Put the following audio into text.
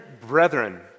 brethren